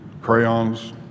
crayons